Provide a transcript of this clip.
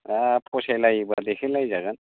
फसायलायोबा देखायलायजागोन